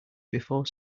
before